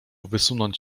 wysunąć